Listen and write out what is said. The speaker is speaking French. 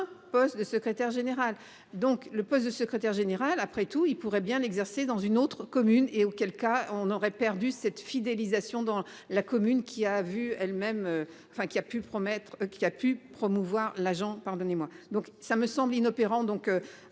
poste de secrétaire général. Donc le poste de secrétaire général. Après tout, il pourrait bien exercer dans une autre commune et auquel cas on aurait perdu cette fidélisation. Dans la commune qui a vu elles-mêmes. Enfin qui a pu promettre qu'il a pu promouvoir l'agent pardonnez-moi donc ça me semble inopérant donc.